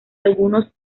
algunos